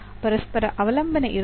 ಪರಸ್ಪರ ಅವಲಂಬನೆ ಇರುತ್ತದೆ